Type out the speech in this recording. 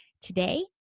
Today